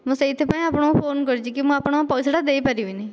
ମୁଁ ସେଇଥିପାଇଁ ଆପଣଙ୍କୁ ଫୋନ୍ କରିଛି କି ମୁଁ ଆପଣଙ୍କ ପଇସାଟା ଦେଇପାରିବିନି